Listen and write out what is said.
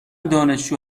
دانشجو